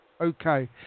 Okay